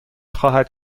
خواهد